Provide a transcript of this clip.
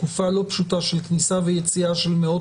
תקופה לא פשוטה של כניסה ויציאה של מאות